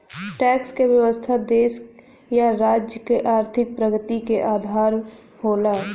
tax क व्यवस्था देश या राज्य क आर्थिक प्रगति क आधार होला